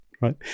right